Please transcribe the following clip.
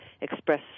express